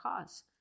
cause